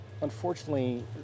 Unfortunately